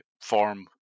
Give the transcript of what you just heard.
form